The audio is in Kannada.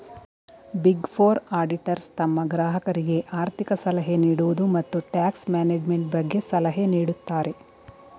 ಬಿಗ್ ಫೋರ್ ಆಡಿಟರ್ಸ್ ತಮ್ಮ ಗ್ರಾಹಕರಿಗೆ ಆರ್ಥಿಕ ಸಲಹೆ ನೀಡುವುದು, ಮತ್ತು ಟ್ಯಾಕ್ಸ್ ಮ್ಯಾನೇಜ್ಮೆಂಟ್ ಬಗ್ಗೆ ಸಲಹೆ ನೀಡುತ್ತಾರೆ